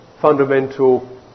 fundamental